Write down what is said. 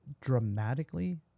dramatically